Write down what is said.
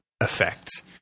effect